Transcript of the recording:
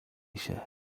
się